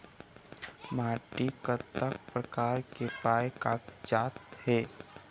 माटी कतक प्रकार के पाये कागजात हे?